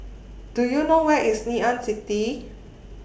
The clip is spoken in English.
Do YOU know Where IS Ngee Ann City